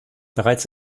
bereits